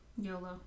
YOLO